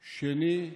שני,